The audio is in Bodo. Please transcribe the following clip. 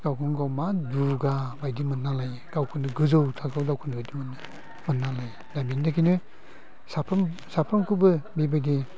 गावखौनो गाव मा दुगा बायदि मोनना लायो गावखौनो गोजौ थाखोआव दावखोनाय बायदि मोनो दा बेनिखायनो साफ्रोमखौबो बिबायदि